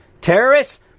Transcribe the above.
Terrorists